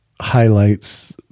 highlights